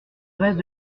reste